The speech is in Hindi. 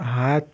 हाथ